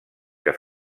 que